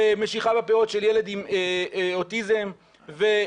ומשיכה בפאות של ילד עם אוטיזם והתעללות